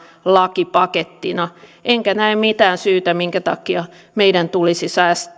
lakipakettina enkä näe mitään syytä minkä takia meidän tulisi